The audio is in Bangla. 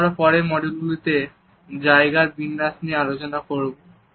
যখন আমরা পরের মডিউলগুলিতে জায়গার বিন্যাস নিয়ে আলোচনা করব